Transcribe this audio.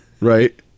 right